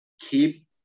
Keep